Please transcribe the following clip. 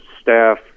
staff